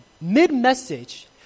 mid-message